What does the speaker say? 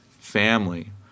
family